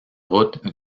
route